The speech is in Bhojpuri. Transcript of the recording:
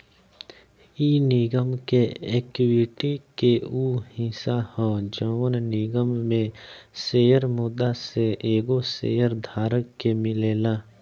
इ निगम के एक्विटी के उ हिस्सा ह जवन निगम में शेयर मुद्दा से एगो शेयर धारक के मिलेला